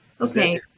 Okay